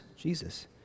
Jesus